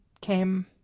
came